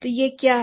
तो यह क्या है